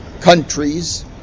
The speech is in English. countries